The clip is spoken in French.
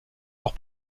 leur